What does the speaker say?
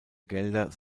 gelder